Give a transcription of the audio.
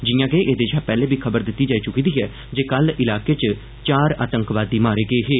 जिआं के एह्दे शा पैह्ले बी खबर दित्ती जाई चुकी दी ऐ जे कल इलाके च चार आतंकवादी मारे गे हे